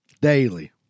Daily